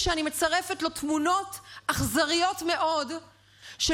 כשאני מצרפת לו תמונות אכזריות מאוד של